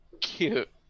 Cute